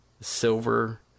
silver